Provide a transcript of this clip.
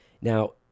Now